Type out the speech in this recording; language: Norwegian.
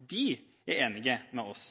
er enig med oss.